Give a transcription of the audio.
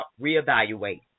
reevaluate